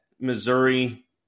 Missouri